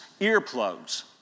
earplugs